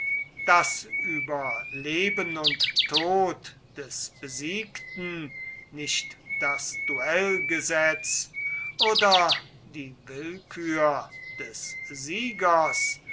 daß über leben und tod des besiegten nicht das duellgesetz oder die willkür des siegers